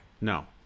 No